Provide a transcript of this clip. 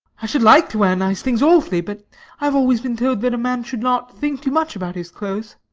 i should like to wear nice things awfully, but i have always been told that a man should not think too much about his clothes.